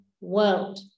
world